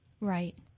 Right